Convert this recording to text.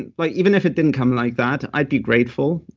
and like even if it didn't come like that, i'd be grateful.